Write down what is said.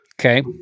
Okay